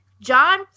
John